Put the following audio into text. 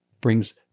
brings